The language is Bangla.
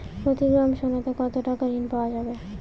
প্রতি গ্রাম সোনাতে কত টাকা ঋণ পাওয়া যাবে?